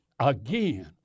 Again